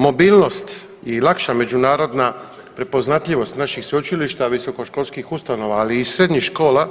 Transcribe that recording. Mobilnost i lakša međunarodna prepoznatljivost naših sveučilišta, visokoškolskih ustanova ali i srednjih škola